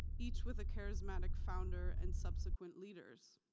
each with a charismatic founder and subsequent leaders.